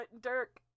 Dirk